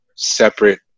separate